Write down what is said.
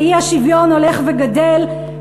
והאי-שוויון הולך וגדל,